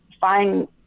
find